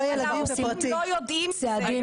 אבל ההורים לא יודעים מזה.